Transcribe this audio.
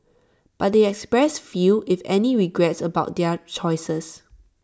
but they expressed few if any regrets about their choices